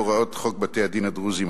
הוראות חוק בתי-הדין הדתיים הדרוזיים,